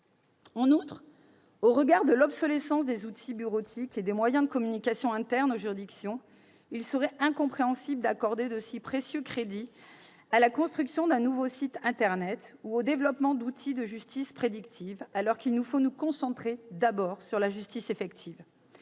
En outre, au regard de l'obsolescence des outils bureautiques et des moyens de communication internes aux juridictions, il serait incompréhensible d'accorder de si précieux crédits à la construction d'un nouveau site internet ou au développement d'outils de justice prédictive alors qu'il nous faut nous concentrer d'abord sur la justice effective